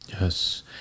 Yes